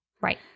right